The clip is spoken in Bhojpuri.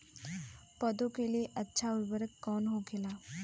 पौधा के लिए अच्छा उर्वरक कउन होखेला?